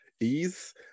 Ease